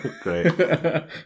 great